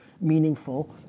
meaningful